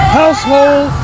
household